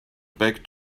back